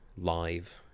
live